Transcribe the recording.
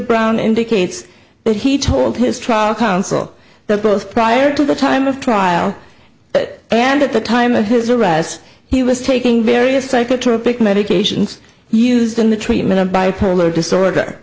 brown indicates that he told his trial counsel that both prior to the time of trial and at the time of his arrest he was taking various psychotropic medications used in the treatment of bipolar disorder